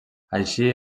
així